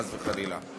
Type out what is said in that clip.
חס וחלילה.